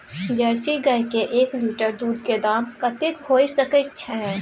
Jersey गाय के एक लीटर दूध के दाम कतेक होय सके छै?